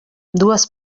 dues